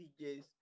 DJs